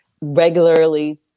regularly